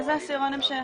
לאיזה עשירון הם שייכים?